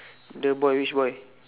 the boy which boy